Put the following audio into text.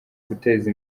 guteza